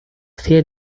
feel